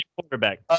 quarterback